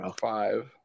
Five